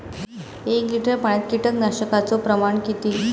एक लिटर पाणयात कीटकनाशकाचो प्रमाण किती?